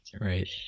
Right